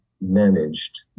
managed